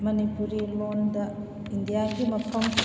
ꯃꯅꯤꯄꯨꯔꯤ ꯂꯣꯟꯗ ꯏꯟꯗꯤꯌꯥꯒꯤ ꯃꯐꯝ